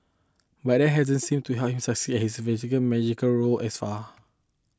but that hasn't seemed to help him succeed at his managerial roles as far